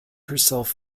herself